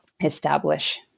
establish